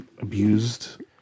abused